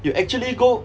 you actually go